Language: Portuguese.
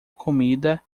comida